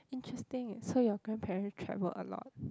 interesting so your grandparents travelled a lot